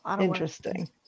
interesting